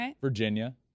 Virginia